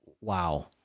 wow